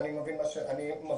אני מבין ומקבל.